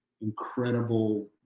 incredible